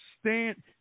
stand